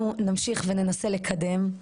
אנחנו נמשיך וננסה לקדם.